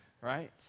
right